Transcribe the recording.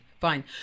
Fine